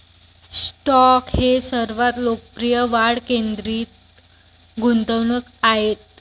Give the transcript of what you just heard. stock हे सर्वात लोकप्रिय वाढ केंद्रित गुंतवणूक आहेत